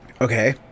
Okay